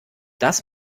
das